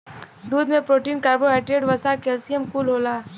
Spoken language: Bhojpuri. दूध में प्रोटीन, कर्बोहाइड्रेट, वसा, कैल्सियम कुल होला